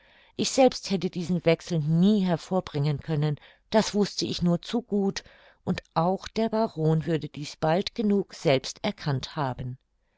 ich selbst hätte diesen wechsel nie hervorbringen können das wußte ich nur zu gut und auch der baron würde dies bald genug selbst erkannt haben